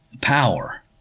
power